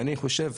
אני חושב,